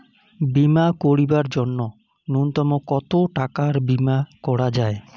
বীমা করিবার জন্য নূন্যতম কতো টাকার বীমা করা যায়?